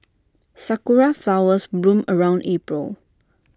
Sakura Flowers bloom around April